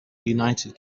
united